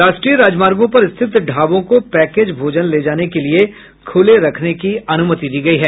राष्ट्रीय राजमार्गो पर स्थित ढ़ाबों को पैकेज भोजन ले जाने के लिए खुले रखने की अनुमति दी गयी है